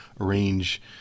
arrange